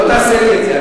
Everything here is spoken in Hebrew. שלא תעשה לי את זה.